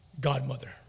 godmother